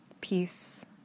peace